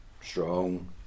Strong